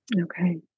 Okay